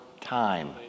time